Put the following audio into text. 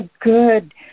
good